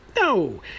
No